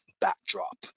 backdrop